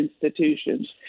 institutions